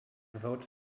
vote